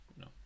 no